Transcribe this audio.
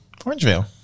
Orangevale